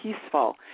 peaceful